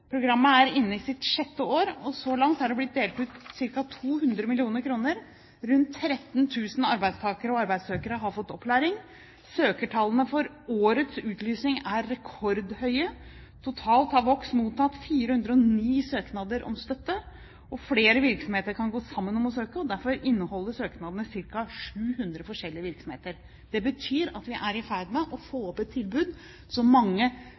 Programmet er inne i sitt sjette år, og så langt har det blitt delt ut ca. 200 mill. kr, og rundt 13 000 arbeidstakere og arbeidssøkere har fått opplæring. Søkertallene for årets utlysning er rekordhøye, totalt har Vox mottatt 409 søknader om støtte. Flere virksomheter kan gå sammen om å søke, og derfor inneholder søknadene ca. 700 forskjellige virksomheter. Det betyr at vi er i ferd med å få opp et tilbud som mange